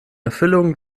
erfüllung